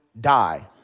die